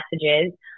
messages